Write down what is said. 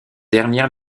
dernière